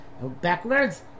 backwards